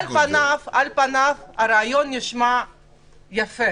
על פניו הרעיון נשמע יפה